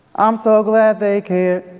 i'm so glad they cared,